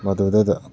ꯃꯗꯨꯗꯗ